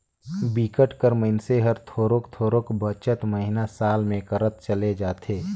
बिकट कर मइनसे हर थोरोक थोरोक बचत महिना, साल में करत चले जाथे